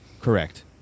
Correct